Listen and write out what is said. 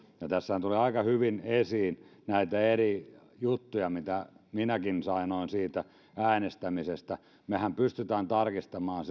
kun tässähän tuli aika hyvin esiin näitä eri juttuja mitä minäkin sanoin siitä äänestämisestä mehän pystymme tarkistamaan